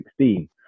2016